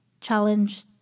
Challenge